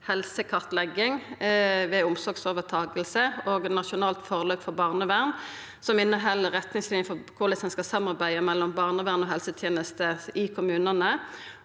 helsekartlegging ved omsorgsovertaking og nasjonalt forløp for barnevern, som inneheld retningslinjer for korleis ein skal samarbeida mellom barnevernet og helsetenesta i kommunane.